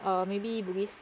or maybe bugis